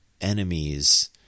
enemies